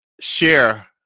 share